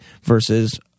versus